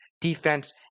defense